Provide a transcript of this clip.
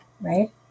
Right